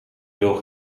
veel